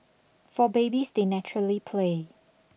for babies they naturally play